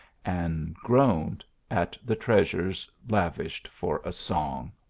and groaned at the treasures lavished for a song.